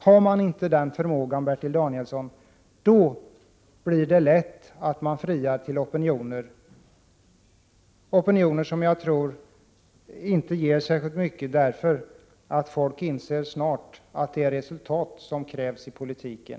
Har man inte den ambitionen, Bertil Danielsson, blir det lätt att man friar till opinionen, som Bertil Danielsson gör, vilket jag inte tror ger så mycket, för folk inser snart att det krävs resultat i politiken.